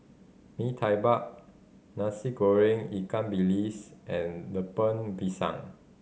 Mee Tai Mak Nasi Goreng ikan bilis and Lemper Pisang